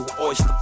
Oyster